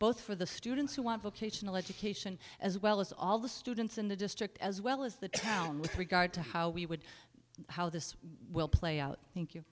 both for the students who want vocational education as well as all the students in the district as well as the town with regard to how we would how this will play out thank you